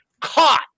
Caught